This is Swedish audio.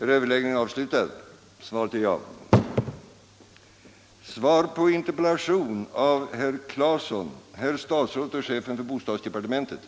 Om politiska försöksval i skolan oskäliga bränslekostnader i privatägda flerfamiljshus